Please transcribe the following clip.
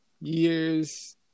years